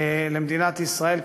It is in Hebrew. למדינת ישראל,